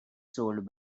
sold